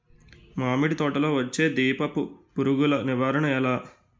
మామిడి తోటలో వచ్చే దీపపు పురుగుల నివారణ ఎలా?